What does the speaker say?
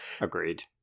Agreed